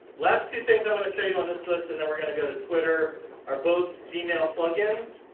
last two things i am going to show you on this list and then we are going to go to twitter are both email plug-ins.